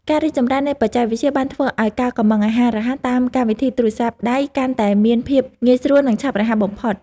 ការរីកចម្រើននៃបច្ចេកវិទ្យាបានធ្វើឲ្យការកុម្ម៉ង់អាហាររហ័សតាមកម្មវិធីទូរស័ព្ទដៃកាន់តែមានភាពងាយស្រួលនិងឆាប់រហ័សបំផុត។